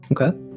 Okay